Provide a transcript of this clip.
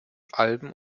alben